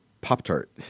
Pop-Tart